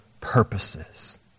purposes